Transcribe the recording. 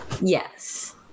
Yes